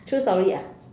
so sorry ah